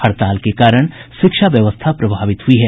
हड़ताल के कारण शिक्षा व्यवस्था प्रभावित हुई है